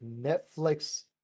Netflix